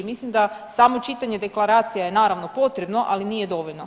Mislim da samo čitanje deklaracija je naravno potrebno, ali nije dovoljno.